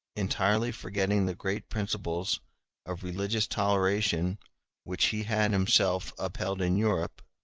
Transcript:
entirely forgetting the great principles of religious toleration which he had himself upheld in europe,